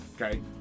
Okay